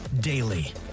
daily